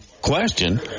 question